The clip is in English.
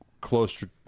closer